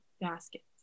baskets